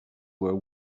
were